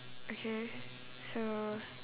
okay so